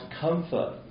comfort